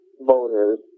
voters